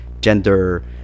gender